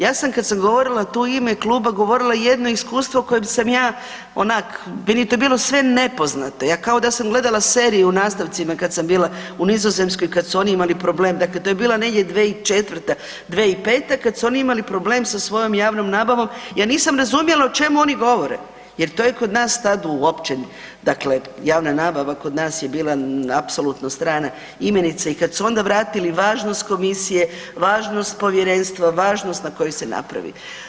Ja sam kada sam govorila tu u ime kluba govorila jedno iskustvo kojem sam ja onak, meni je to bilo sve nepoznato, ja kao da sam gledala seriju u nastavcima kad sam bila u Nizozemskoj i kad su oni imali problem, dakle to je bila negdje 2004., 2005., kada su oni problem sa svojom javnom nabavom, ja nisam razumjela o čemu oni govore jer to je kod nas tad uopće dakle javne nabava kod nas je bila apsolutno strana imenica i kada su onda vratili važnost komisije, važnost povjerenstva, važnost na koju se napravi.